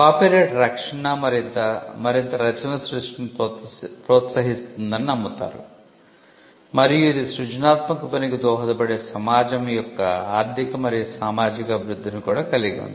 copyright రక్షణ మరింత రచనల సృష్టిని ప్రోత్సహిస్తుందని నమ్ముతారు మరియు ఇది సృజనాత్మక పనికి దోహదపడే సమాజం యొక్క ఆర్థిక మరియు సామాజిక అభివృద్ధిని కూడా కలిగి ఉంది